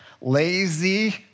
lazy